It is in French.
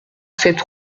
cette